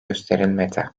gösterilmedi